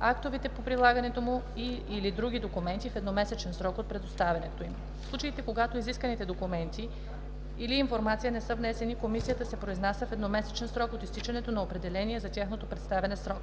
актовете по прилагането му или други документи – в едномесечен срок от представянето им. В случаите, когато изисканите документи или информация не са внесени, комисията се произнася в едномесечен срок от изтичането на определения за тяхното представяне срок.